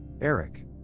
Eric